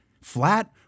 flat